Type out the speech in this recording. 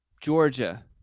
Georgia